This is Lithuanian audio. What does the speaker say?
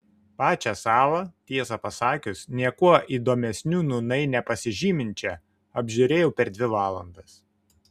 pačią salą tiesą pasakius niekuo įdomesniu nūnai nepasižyminčią apžiūrėjau per dvi valandas